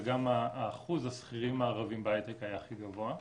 וגם אחוז השכירים הערבים בהייטק היה הכי גבוה.